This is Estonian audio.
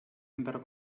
ümber